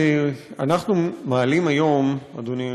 שאנחנו מעלים היום, אדוני היושב-ראש,